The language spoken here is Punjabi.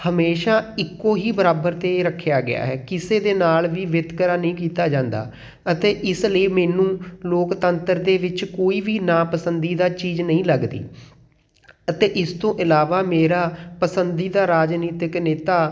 ਹਮੇਸ਼ਾ ਇੱਕੋ ਹੀ ਬਰਾਬਰ 'ਤੇ ਰੱਖਿਆ ਗਿਆ ਹੈ ਕਿਸੇ ਦੇ ਨਾਲ ਵੀ ਵਿਤਕਰਾ ਨਹੀਂ ਕੀਤਾ ਜਾਂਦਾ ਅਤੇ ਇਸ ਲਈ ਮੈਨੂੰ ਲੋਕਤੰਤਰ ਦੇ ਵਿੱਚ ਕੋਈ ਵੀ ਨਾ ਪਸੰਦੀਦਾ ਚੀਜ਼ ਨਹੀਂ ਲੱਗਦੀ ਅਤੇ ਇਸ ਤੋਂ ਇਲਾਵਾ ਮੇਰਾ ਪਸੰਦੀਦਾ ਰਾਜਨੀਤਿਕ ਨੇਤਾ